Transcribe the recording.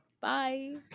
Bye